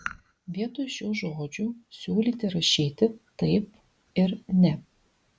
vietoj šių žodžių siūlyti rašyti taip ir ne